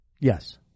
Yes